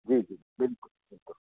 जी जी बिल्कुल बिल्कुल